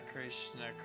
Krishna